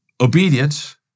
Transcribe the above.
obedience